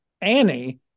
Annie